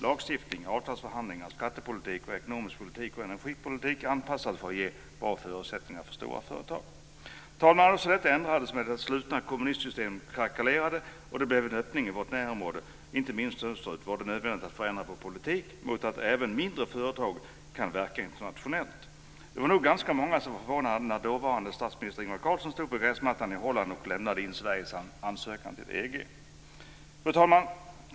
Lagstiftning, avtalsförhandlingar, skattepolitik, ekonomisk politik och energipolitik anpassades för ge bra förutsättningar för stora företag. Fru talman! När så detta ändrades då det slutna kommunistsystemet krackelerade och det blev en öppning i vårt närområde inte minst österut var det nödvändigt att förändra vår politik för att även mindre företag skulle kunna verka internationellt. Det var nog ganska många som var förvånade när dåvarande statsminister Ingvar Carlson stod på gräsmattan i Holland och lämnade in Sveriges ansökan till Fru talman!